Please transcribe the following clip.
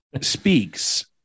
speaks